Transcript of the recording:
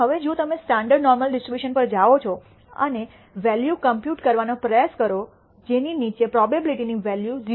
હવે જો તમે સ્ટાન્ડર્ડ નોર્મલ ડિસ્ટ્રીબ્યુશન પર જાઓ છો અને વૅલ્યુ કોમ્પ્યુટ કરવાનો પ્રયાસ કરો જેની નીચે પ્રોબેબીલીટી ની વૅલ્યુ 0